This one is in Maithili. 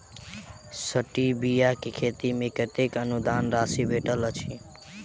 स्टीबिया केँ खेती मे कतेक अनुदान राशि भेटैत अछि?